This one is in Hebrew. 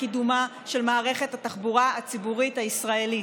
קידומה של מערכת התחבורה הציבורית הישראלית.